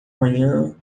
manhã